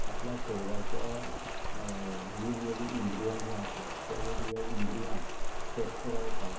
आपल्या शरिराच्या वेग वेगळीं इंद्रिया जीं आसात त्या वेग वेगळ्या इंद्रियां स्वस्थ रावपाक